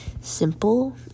simple